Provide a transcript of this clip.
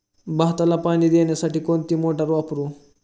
भाताला पाणी देण्यासाठी कोणती मोटार वापरू?